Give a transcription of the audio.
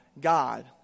God